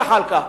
זחאלקה?